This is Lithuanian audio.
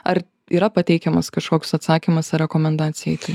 ar yra pateikiamas kažkoks atsakymas ar rekomendacija į tai